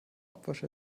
abwasch